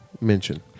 mention